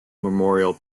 memorial